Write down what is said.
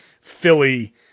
Philly